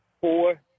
Four